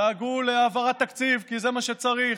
דאגו להעברת תקציב כי זה מה שצריך?